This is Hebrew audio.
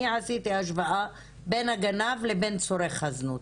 אני עשיתי השוואה בין הגנב לבין צורך הזנות,